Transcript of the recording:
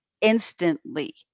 instantly